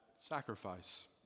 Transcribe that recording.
sacrifice